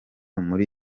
muri